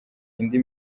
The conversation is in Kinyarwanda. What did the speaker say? indi